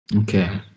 Okay